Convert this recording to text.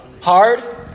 hard